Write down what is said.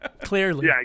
clearly